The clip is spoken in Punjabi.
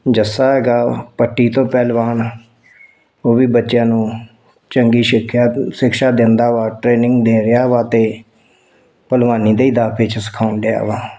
ਜੱਸਾ ਹੈਗਾ ਪੱਟੀ ਤੋਂ ਪਹਿਲਵਾਨ ਉਹ ਵੀ ਬੱਚਿਆਂ ਨੂੰ ਚੰਗੀ ਸਿੱਖਿਆ ਸ਼ਿਕਸ਼ਾ ਦਿੰਦਾ ਵਾ ਟ੍ਰੇਨਿੰਗ ਦੇ ਰਿਹਾ ਵਾ ਅਤੇ ਭਲਵਾਨੀ ਦੇ ਹੀ ਦਾਅ ਪੇਚ ਸਿਖਾਉਂਣ ਡਿਆ ਵਾ